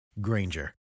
Granger